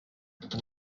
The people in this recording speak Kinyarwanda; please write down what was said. uru